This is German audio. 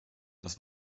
das